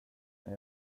när